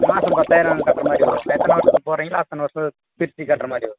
மாதம் பத்தாயிரம் கட்டுற மாதிரி வரும் எத்தனை வருஷத்துக்கு போடுறீங்களோ அத்தனை வருஷத்துக்கு பிரிச்சு கட்டுற மாதிரி வரும்